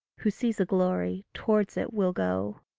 who sees a glory, towards it will go.